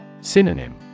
Synonym